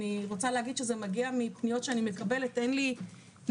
ואני רוצה להגיד שזה מגיע מפניות שאני מקבלת אז אין לי נתונים,